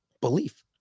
Belief